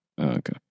okay